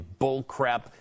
bullcrap